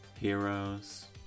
Heroes